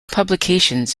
publications